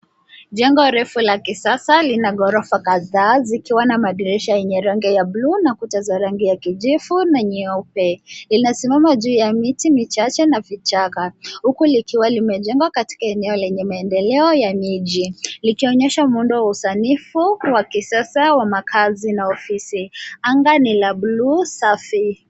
Jengo refu la kisasa lina ghorofa kadhaa zikiwa madirisha yenye rangi ya buluu na kuta zenye rangi ya kijivu na nyeupe. Linasimama juu ya miti michache na vichaka huku likiwa limejengwa katika eneo lenye maendeleo ya miji likionyesha muundo wa usanifu wa kisasa wa makazi na ofisi. Anga ni la buluu safi.